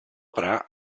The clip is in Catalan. parar